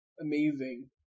amazing